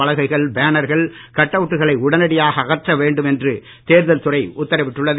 பலகைகள் பேனர்கள் கட்அவுட்டுகளை உடனடியாக அகற்ற வேண்டும் என்று தேர்தல் துறை உத்தரவிட்டுள்ளது